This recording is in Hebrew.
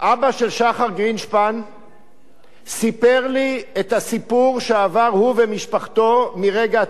אבא של שחר גרינשפן סיפר לי את הסיפור שעברו הוא ומשפחתו מרגע התאונה.